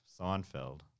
Seinfeld